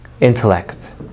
Intellect